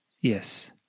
Yes